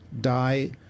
die